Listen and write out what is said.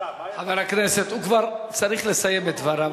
חבר הכנסת, הוא כבר צריך לסיים את דבריו.